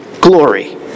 glory